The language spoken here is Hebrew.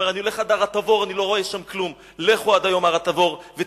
אומר: אני הולך עד הר-התבור, אני לא רואה שם כלום.